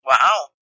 Wow